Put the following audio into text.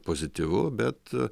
pozityvu bet